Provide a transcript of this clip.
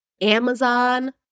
Amazon